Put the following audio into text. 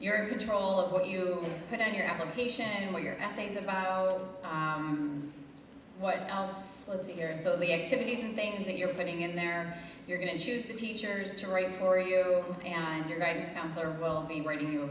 your control of what you put on your application and what your essays about what else are the areas of the activities and things that you're fitting in there you're going to choose the teachers to write for you and your guidance counselor will be writing you a re